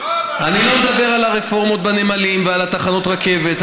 אני לא מדבר על הרפורמות בנמלים ועל תחנות הרכבת,